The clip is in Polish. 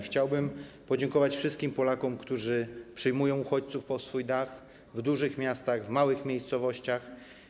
Chciałbym podziękować wszystkim Polakom, którzy przyjmują uchodźców pod swój dach w dużych miastach i w małych miejscowościach.